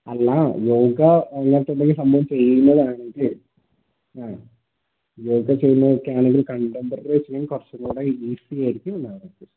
അല്ല യോഗ അങ്ങനത്തെ എന്തെങ്കിലും സംഭവം ചെയ്യുന്നതാണെങ്കിൽ യോഗ ചെയ്യുന്നതൊക്കെയാണെങ്കിൽ കണ്ടംപററി ചെയ്യുമ്പോൾ കുറച്ചും കൂടെ ഈസി ആയിരിക്കും ഡാൻസ്